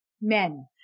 men